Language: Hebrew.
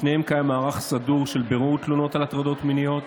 בשניהם קיים מערך סדור של בירור תלונות על הטרדות מיניות,